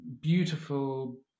beautiful